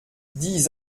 dix